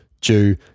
due